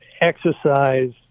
exercise